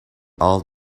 all